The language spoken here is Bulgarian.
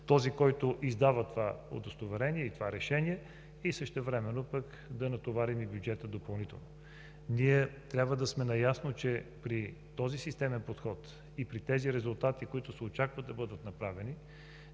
този, който издава това удостоверение и това решение, и същевременно пък да натоварим допълнително бюджета. Ние трябва да сме наясно, че при този системен подход и при тези резултати, които се очакват да бъдат направени,